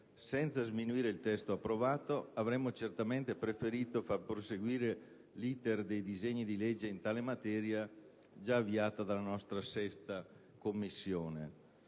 Senza sminuire il testo approvato, avremmo certamente preferito far proseguire l'*iter* dei disegni di legge in tale materia già avviato dalla 6a Commissione.